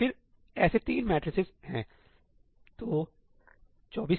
और फिर ऐसे तीन मैट्रिसेज हैं तो 24K